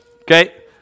okay